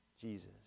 Jesus